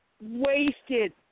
wasted